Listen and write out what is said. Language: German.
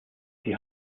die